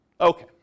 Okay